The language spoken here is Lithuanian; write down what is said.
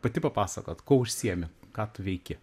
pati papasakot kuo užsiemi ką tu veiki